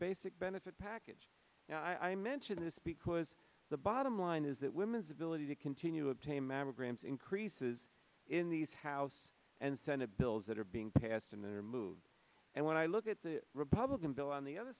basic benefit package now i mention this because the bottom line is that women's ability to continue to obtain mammograms increases in these house and senate bills that are being passed and then removed and when i look at the republican bill on the other